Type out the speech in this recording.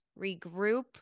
regroup